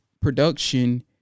production